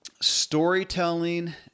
storytelling